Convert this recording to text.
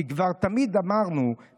כי כבר תמיד אמרנו,